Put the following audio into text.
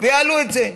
ויעלו את זה.